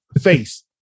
face